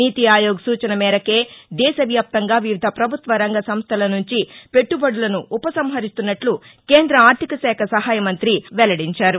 నీతి ఆయోగ్ సూచన మేరకే దేశవ్యాప్తంగా వివిధ పభుత్వరంగ సంస్లల నుంచి పెట్లుబడులను ఉపసంహరిస్తున్నట్లు కేంద్ర ఆర్థిక శాఖ సహాయ మంతి వెల్లడించారు